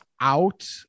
out